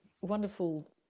wonderful